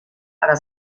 para